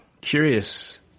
curious